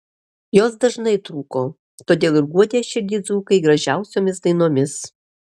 jos dažnai trūko todėl ir guodė širdį dzūkai gražiausiomis dainomis